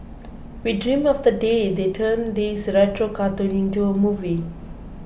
we dream of the day they turn this retro cartoon into a movie